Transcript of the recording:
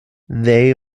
they